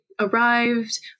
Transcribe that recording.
arrived